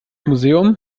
museum